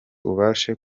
ubashe